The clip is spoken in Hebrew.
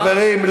חברים,